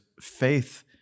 faith